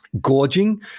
gorging